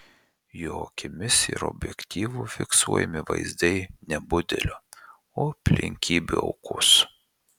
jo akimis ir objektyvu fiksuojami vaizdai ne budelio o aplinkybių aukos